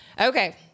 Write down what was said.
Okay